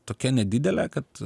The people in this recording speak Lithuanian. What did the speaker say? tokia nedidelė kad